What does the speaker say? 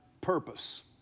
Purpose